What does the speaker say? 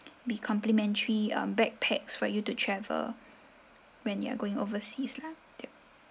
be complimentary um backpacks for you to travel when you are going overseas lah